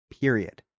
period